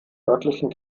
örtlichen